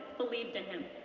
believed in him.